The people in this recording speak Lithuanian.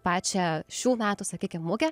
pačią šių metų sakykime mugę